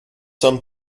some